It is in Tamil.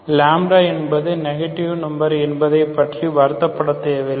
λ என்பது நெகட்டிவ் நம்பர் என்பதைப்பற்றி வருத்தப்பட தேவையில்லை